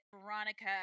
Veronica